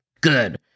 Good